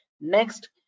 next